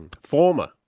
Former